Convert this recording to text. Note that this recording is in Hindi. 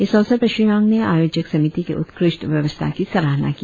इस अवसर पर श्री आंग ने आयोजक समिति के उत्कृष्ट व्यवस्था की सरहाना की